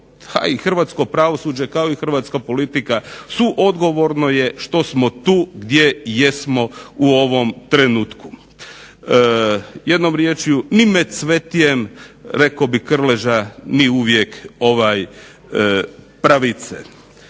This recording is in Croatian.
ali i hrvatsko pravosuđe i hrvatska politika je suodgovorno što jesmo tu gdje jesmo u ovom trenutku, jednom riječju ni med cvetjem rekao bi Krleža ni uvijek pravice.